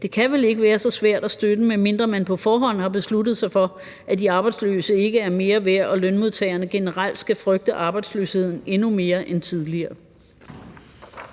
Det kan vel ikke være så svært at støtte, medmindre man på forhånd har besluttet sig for, at de arbejdsløse ikke er mere værd, og at lønmodtagerne generelt skal frygte arbejdsløsheden endnu mere end tidligere.